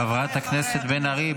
חברת הכנסת בן ארי,